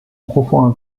profond